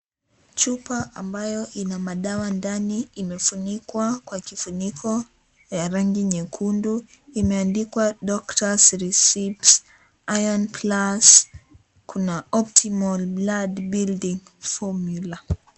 Chupa ambayo ina madawa ndani imefunikwa kwa kifuniko ya rangi nyekundu. Imeandikwa Doctors Receipes, Iron plus, kuna Optimal Blood Building Formula.